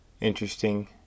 interesting